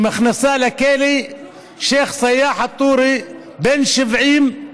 שמכניסה לכלא את שייח' סיאח א-טורי, בן 70,